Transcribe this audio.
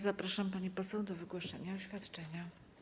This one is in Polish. Zapraszam, pani poseł, do wygłoszenia oświadczenia.